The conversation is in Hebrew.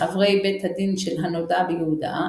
מחברי הבית דין של הנודע ביהודה,